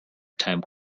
time